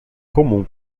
comum